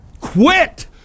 quit